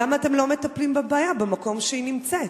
למה אתם לא מטפלים בבעיה במקום שהיא נמצאת?